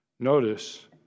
Notice